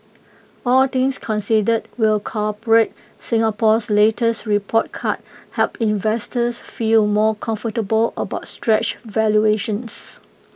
all things considered will corporate Singapore's latest report card help investors feel more comfortable about stretched valuations